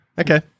Okay